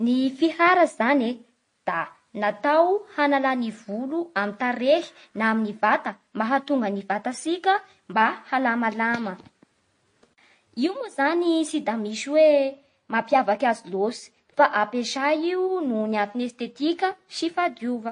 Ny fihara zagne da natao hanala gny volo amy tarehy na amin'ny vata mba hahatonga ngy vatasika mba halamalama. Io moa zany tsy da misy hoe mampiavak'azy lötsy fa ampiesa io noho anton'ny estetika sy fahadiova